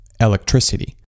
electricity